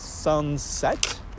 Sunset